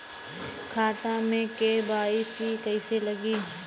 खाता में के.वाइ.सी कइसे लगी?